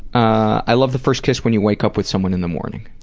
i love the first kiss when you wake up with someone in the morning.